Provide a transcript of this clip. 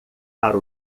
para